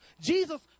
Jesus